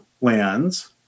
lands